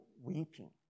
weeping